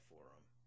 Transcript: Forum